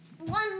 One